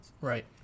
Right